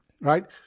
Right